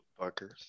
Fuckers